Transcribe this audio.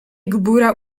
gbura